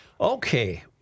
Okay